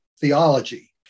theology